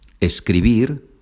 Escribir